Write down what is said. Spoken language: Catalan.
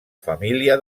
família